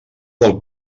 del